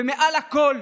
ומעל לכול,